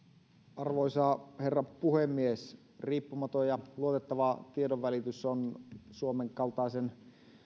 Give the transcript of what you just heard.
arvoisa herra puhemies riippumaton ja luotettava tiedonvälitys on suomen kaltaisen